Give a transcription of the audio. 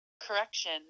correction